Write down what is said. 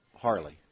Harley